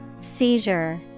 Seizure